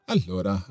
Allora